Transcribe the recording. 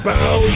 Bow